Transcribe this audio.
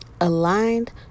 aligned